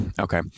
Okay